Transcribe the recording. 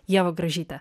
ieva gražyte